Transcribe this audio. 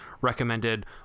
Recommended